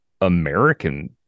American